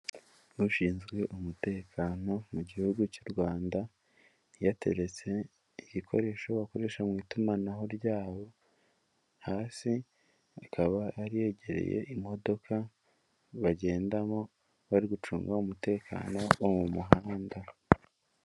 Ushinzwe umutekano mu gihugu cy'u Rwanda, yateretse igikoresho bakoresha mu itumanaho ryabo hasi, akaba yari yegereye imodoka bagendamo bari gucunga umutekano wo mu muhanda.